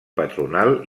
patronal